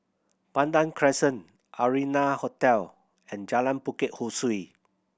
Pandan Crescent Arianna Hotel and Jalan Bukit Ho Swee